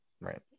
Right